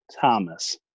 Thomas